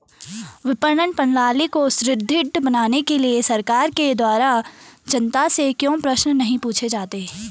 विपणन प्रणाली को सुदृढ़ बनाने के लिए सरकार के द्वारा जनता से क्यों प्रश्न नहीं पूछे जाते हैं?